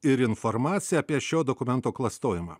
ir informaciją apie šio dokumento klastojimą